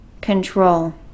control